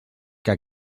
que